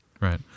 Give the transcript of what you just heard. Right